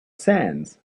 sands